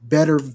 Better